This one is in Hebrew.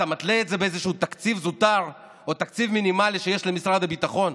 אתה תולה את זה באיזשהו תקציב זוטר או תקציב מינימלי שיש למשרד הביטחון?